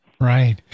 Right